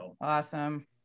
Awesome